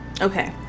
Okay